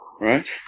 right